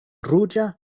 ruĝa